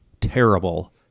terrible